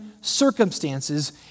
circumstances